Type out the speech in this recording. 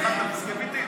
עכשיו אתה מסכים איתי?